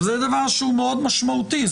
זה דבר שהוא משמעותי מאוד,